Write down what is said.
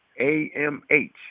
AMH